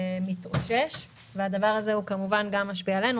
מתאושש והדבר הזה כמובן משפיע גם עלינו.